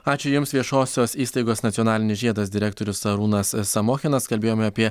ačiū jums viešosios įstaigos nacionalinis žiedas direktorius arūnas samochinas kalbėjome apie